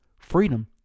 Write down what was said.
Freedom